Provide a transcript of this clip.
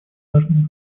важной